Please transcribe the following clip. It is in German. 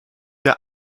der